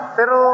Pero